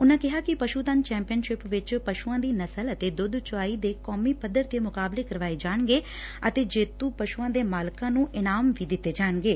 ਉਨੂਾ ਕਿੱਹਾ ਕਿ ਪਸੂ ਧਨ ਚੈਂਪੀਅਨਸ਼ਿਪ ਵਿਚ ਪਸੂਆਂ ਦੀ ਨਸਲ ਅਤੇ ਦੁੱਧ ਚੁਆਈ ਦੇ ਕੌਮੀ ਪੱਧਰ ਤੇ ਮੁਕਾਬਲੇ ਕਰਵਾਏ ਜਾਣਗੇ ਅਤੇ ਜੇਤੂ ਪਸੂਆਂ ਦੇ ਮਾਲਕਾਂ ਨੂੰ ਇਨਾਮ ਵੀ ਦਿਤੇ ਜਾਣਗੇ